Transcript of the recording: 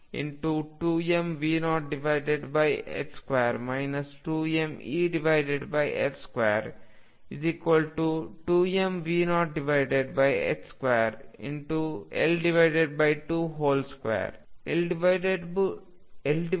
ಆದ್ದರಿಂದ X2L222mV02 2mE22mV02L22